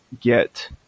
get